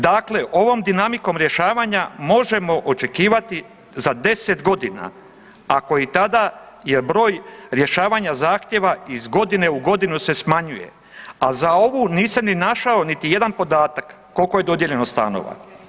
Dakle, ovom dinamikom rješavanja možemo očekivati za 10 godina ako i tada je broj rješavanja zahtjeva iz godine u godinu se smanjuje, a za ovu nisam našao niti jedan podatak koliko je dodijeljeno stanova.